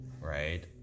right